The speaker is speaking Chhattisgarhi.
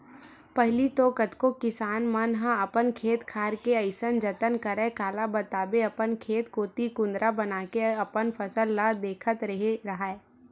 पहिली तो कतको किसान मन ह अपन खेत खार के अइसन जतन करय काला बताबे अपन खेत कोती कुदंरा बनाके अपन फसल ल देखत रेहे राहय